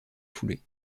foulée